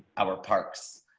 our parks.